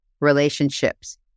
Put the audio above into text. relationships